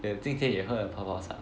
今天也喝了泡泡茶